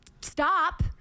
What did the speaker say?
stop